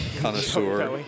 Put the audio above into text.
connoisseur